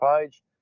page